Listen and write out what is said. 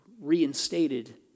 reinstated